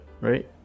right